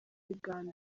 uganda